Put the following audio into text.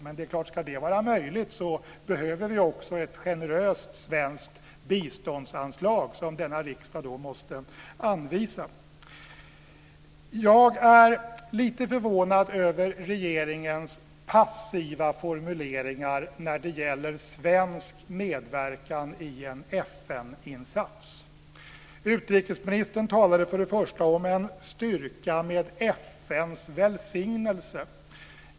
Men för att det ska vara möjligt behövs det självklart också ett generöst svenskt biståndsanslag, som denna riksdag då måste anvisa. Jag är lite förvånad över regeringens passiva formuleringar när det gäller svensk medverkan i en FN insats. Först och främst talade utrikesministern om en styrka med FN:s välsignelse.